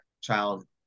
child